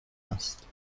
است